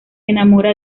enamora